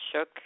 shook